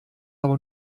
aber